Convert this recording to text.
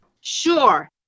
Sure